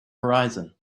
horizon